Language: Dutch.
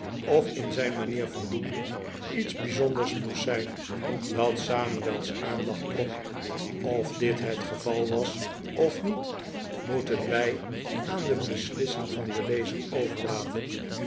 of in zijn manier van doen iets bijzonders moest zijn dat samuel's aandacht trok of dit het geval was of niet moeten wij aan de beslissing van den lezer overlaten